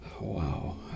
Wow